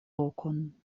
lokon